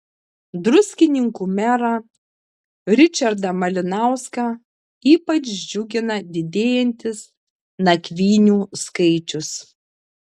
druskininkų merą ričardą malinauską ypač džiugina didėjantis nakvynių skaičius